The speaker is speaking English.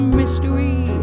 mystery